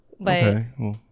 Okay